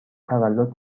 تولد